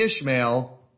Ishmael